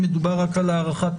מדובר רק על הארכת תוקף,